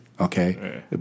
Okay